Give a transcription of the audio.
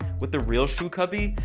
with a real shoe cubby,